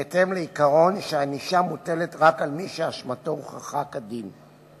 בהתאם לעיקרון שענישה מוטלת רק על מי שאשמתו הוכחה כדין.